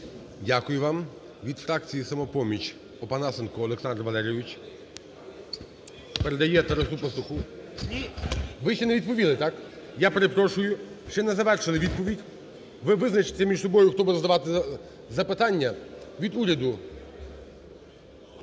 Дякую вам. Від фракції "Самопоміч" Опанасенко Олександр Валерійович. Передає Тарасу Пастуху. Ви ще не відповіли, так? Я перепрошую. Ще не завершили відповідь. Ви визначте між собою, хто буде задавати запитання. Від уряду